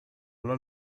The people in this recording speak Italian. alla